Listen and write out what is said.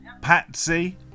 Patsy